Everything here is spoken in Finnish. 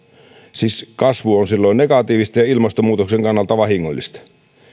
siis kasvu on silloin negatiivista ja ilmastonmuutoksen kannalta vahingollista